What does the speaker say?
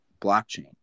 blockchain